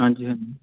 ਹਾਂਜੀ ਹਾਂਜੀ